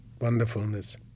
wonderfulness